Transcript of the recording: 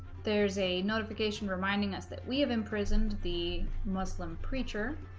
there's a notification reminding us that we have imprisoned the muslim preacher